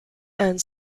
and